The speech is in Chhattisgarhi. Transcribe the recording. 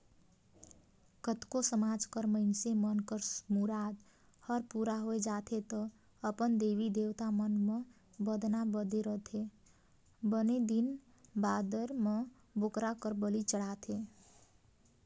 कतको समाज कर मइनसे मन कर मुराद हर पूरा होय जाथे त अपन देवी देवता मन म बदना बदे रहिथे बने दिन बादर म बोकरा कर बली चढ़ाथे